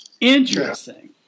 Interesting